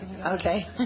Okay